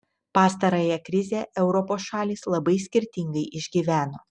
pastarąją krizę europos šalys labai skirtingai išgyveno